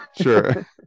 Sure